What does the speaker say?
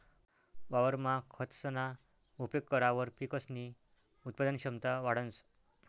वावरमा खतसना उपेग करावर पिकसनी उत्पादन क्षमता वाढंस